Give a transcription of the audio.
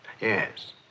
Yes